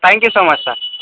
thank you so much sir